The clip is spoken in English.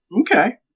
Okay